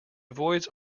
avoids